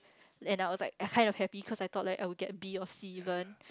and I was like kind of happy cause I thought like I will get B or C even